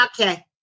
Okay